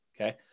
okay